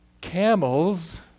camels